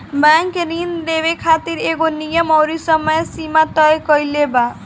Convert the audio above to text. bank ऋण देवे खातिर एगो नियम अउरी समय सीमा तय कईले बा